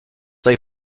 they